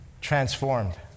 transformed